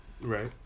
Right